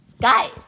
Guys